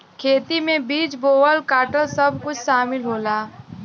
खेती में बीज बोवल काटल सब कुछ सामिल होला